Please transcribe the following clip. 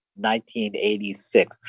1986